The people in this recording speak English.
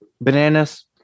Bananas